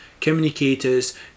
communicators